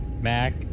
Mac